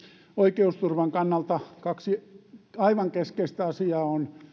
oikeusturvan kannalta kaksi aivan keskeistä asiaa ovat